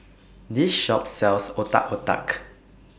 This Shop sells Otak Otak